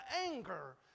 anger